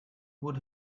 would